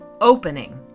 opening